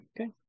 Okay